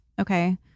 okay